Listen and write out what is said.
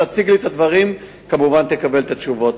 תציג לי את הדברים, וכמובן תקבל את התשובות.